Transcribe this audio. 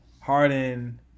Harden